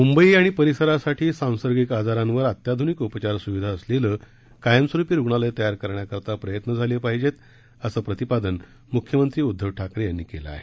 मुंबई आणि परिसरासाठी सांसर्गिक आजारांवर अत्याधूनिक उपचार सुविधा असलेलं कायमस्वरुपी रुग्णालय तयार करण्याकरता प्रयत्न झाले पाहिजेत असं प्रतिपादन मुख्यमंत्री उद्दव ठाकरे यांनी केलं आहे